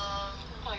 not interesting